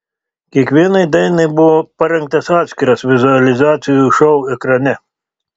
kiekvienai dainai buvo parengtas atskiras vizualizacijų šou ekrane